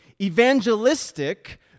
evangelistic